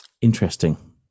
Interesting